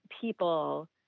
people